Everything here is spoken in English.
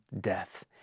death